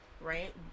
right